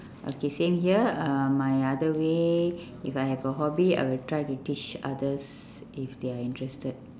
okay same here uh my other way if I have a hobby I will try to teach others if they are interested